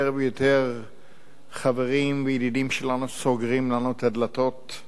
יותר ויותר חברים וידידים שלנו סוגרים לפנינו את הדלתות,